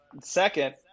second